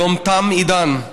היום תם עידן.